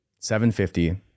750